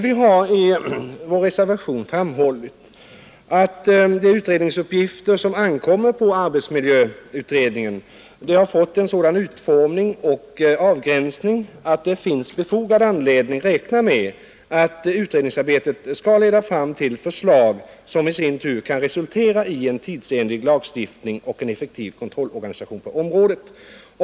Vi har i vår reservation framhållit, att de utredningsuppgifter som ankommer på arbetsmiljöutredningen har fått en sådan utformning och avgränsning att det finns befogad anledning räkna med att utredningsarbetet skall leda fram till förslag, som i sin tur kan resultera i en tidsenlig lagstiftning och en effektiv kontrollorganisation på området.